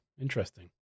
interesting